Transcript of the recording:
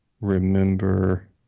remember